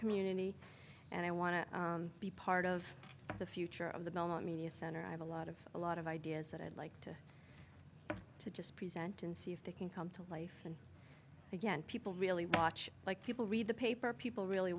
community and i want to be part of the future of the moment media center i have a lot of a lot of ideas that i'd like to to just present and see if they can come to life and again people really watch like people read the paper people really